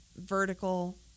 vertical